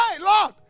Lord